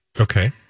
Okay